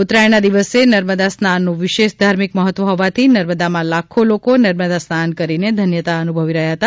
ઉત્તરાયણના દિવસે નર્મદા સ્નાનનું વિશેષ ધાર્મિક મહત્વ હોવાથી નર્મદામાં લાખો લોકો નર્મદા સ્નાન કરીને ધન્યતા અનુભવી હતી